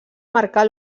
marcar